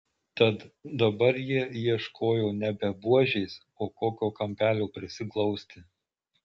tad dabar jie ieškojo nebe buožės o kokio kampelio prisiglausti